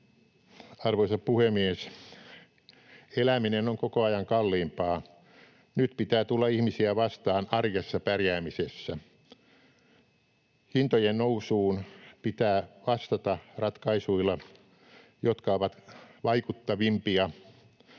Arvoisa puhemies! Eläminen on koko ajan kalliimpaa. Nyt pitää tulla ihmisiä vastaan arjessa pärjäämisessä. Hintojen nousuun pitää vastata ratkaisuilla, jotka ovat vaikuttavimpia,